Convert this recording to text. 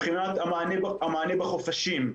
המענה בחופשים,